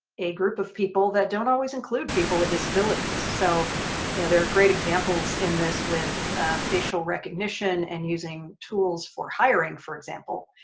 a group of people that don't always include people with disabilities. so you know there are great examples in this with facial recognition and using tools for hiring for example.